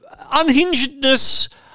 Unhingedness